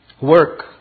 work